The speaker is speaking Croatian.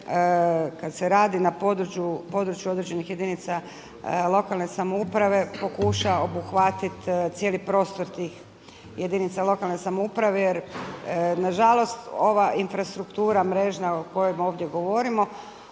kad se radi na području određenih jedinica lokalne samouprave pokuša obuhvatit cijeli prostor tih jedinica lokalne samouprave jer nažalost ova infrastruktura mrežna o kojoj ovdje govorimo